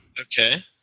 Okay